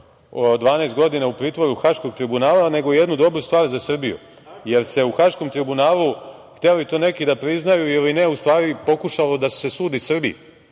12 godina u pritvoru Haškog tribunala, nego jednu dobru stvar za Srbiju, jer se u Haškom tribunalu, hteli to neki da priznaju ili ne, u stvari pokušalo da se sudi Srbiji,